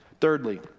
Thirdly